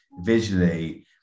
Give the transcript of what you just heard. visually